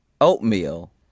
oatmeal